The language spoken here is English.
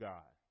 God